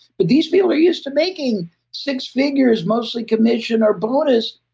but these people are used to making six figures, mostly commission or bonus,